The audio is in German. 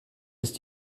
ist